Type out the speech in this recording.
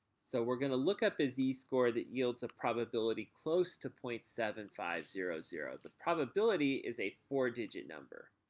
so we're going to look up a z-score that yields a probability close to point seven five zero zero the probability is a four-digit number.